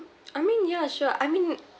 I mean yeah sure I mean